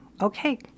okay